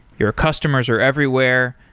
your customers are everywhere.